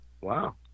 Wow